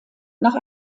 nach